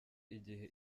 igihe